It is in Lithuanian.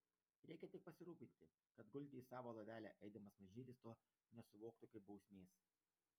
reikia tik pasirūpinti kad gulti į savo lovelę eidamas mažylis to nesuvoktų kaip bausmės